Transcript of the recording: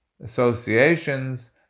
Associations